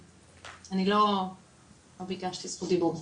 אני לא ביקשתי זכות דיבור,